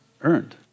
earned